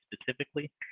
specifically